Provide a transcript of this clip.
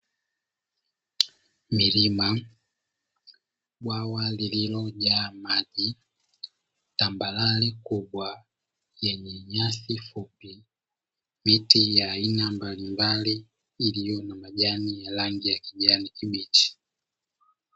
Milima, bwawa lililojaa maji, tambarare kubwa yenye nyasi fupi, miti ya aina mbalimbali iliyo na majani ya rangi ya kijani kibichi.